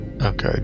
Okay